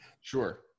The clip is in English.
Sure